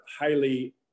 highly